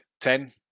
Ten